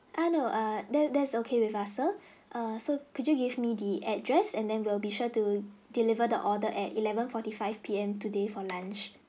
I know err that that's okay with us sir so could you give me the address and then we'll be sure to deliver the order at eleven forty five P_M today for lunch